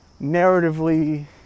narratively